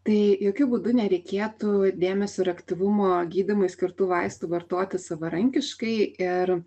tai jokiu būdu nereikėtų dėmesio ir aktyvumo gydymui skirtų vaistų vartoti savarankiškai ir